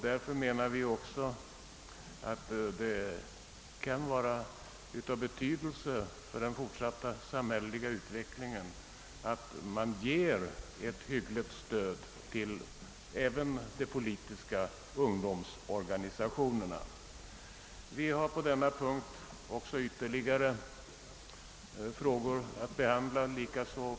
Därför menar vi också att det kan ha betydelse för den fortsatta samhälleliga utvecklingen att man ger ett hyggligt stöd även till de politiska ungdomsorganisationerna. Vi har på denna punkt ytterligare frågor att behandla.